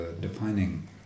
defining